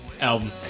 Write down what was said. album